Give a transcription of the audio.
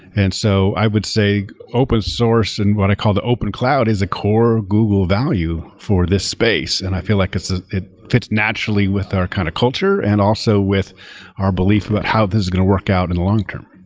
and so i would say open source, and what i call the open cloud, is a core google value for this space, and i feel like ah it fits naturally with our kind of culture and also also with our belief about how this is going to work out in the long-term.